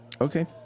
Okay